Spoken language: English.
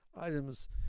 items